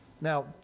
Now